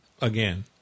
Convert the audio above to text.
Again